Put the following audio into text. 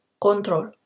control